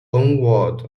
onwards